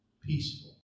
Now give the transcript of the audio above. peaceful